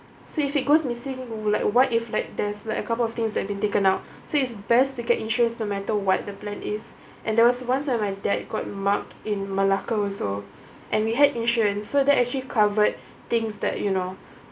so if it goes missing like what if like there's like a couple of things that have been taken out so it's best to get insurance no matter what the plan is and there was once when my dad got mugged in malacca also and we had insurance so that actually covered things that you know